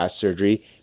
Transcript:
surgery